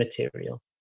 material